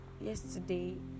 yesterday